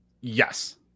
Yes